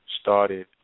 Started